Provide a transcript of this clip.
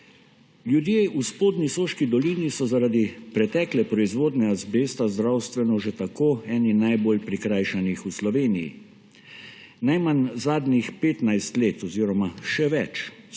Ljudje v spodnji Soški dolini so zaradi pretekle proizvodnje azbesta zdravstveno že tako eni najbolj prikrajšanih v Sloveniji. Najmanj zadnjih 15 let oziroma še več